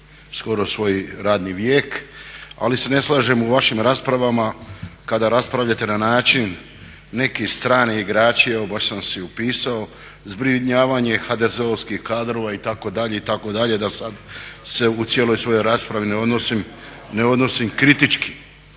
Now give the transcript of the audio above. skoro svoj radni vijek. Ali se ne slažem u vašim raspravama kada raspravljate na način neki strani igraći, evo baš sam si upisao zbrinjavanje HDZ-ovskih kadrova itd. itd. da sad se u cijeloj svojoj raspravi ne odnosim kritički.